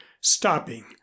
stopping